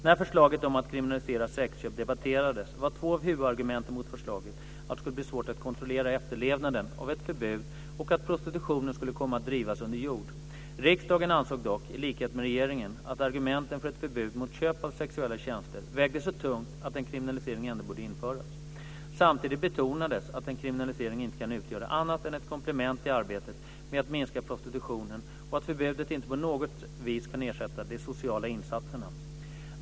När förslaget om att kriminalisera sexköp debatterades var två av huvudargumenten mot förslaget att det skulle bli svårt att kontrollera efterlevnaden av ett förbud och att prostitutionen skulle komma att drivas "under jord". Riksdagen ansåg dock, i likhet med regeringen, att argumenten för ett förbud mot köp av sexuella tjänster vägde så tungt att en kriminalisering ändå borde införas. Samtidigt betonades att en kriminalisering inte kan utgöra annat än ett komplement i arbetet med att minska prostitutionen och att förbudet inte på något vis kan ersätta de sociala insatserna.